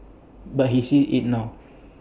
but he sees IT now